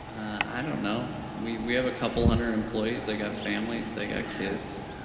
i don't know. we we have a couple hundred employees, they got families they got kids,